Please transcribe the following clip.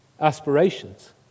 aspirations